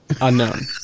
unknown